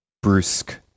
Brusque